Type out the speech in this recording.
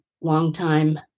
long-time